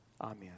Amen